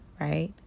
Right